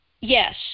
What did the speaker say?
yes